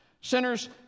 Sinners